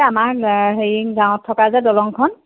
এই আমাৰ হেৰি গাঁৱত থকা যে দলংখন